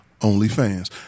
OnlyFans